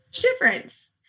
difference